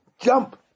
jump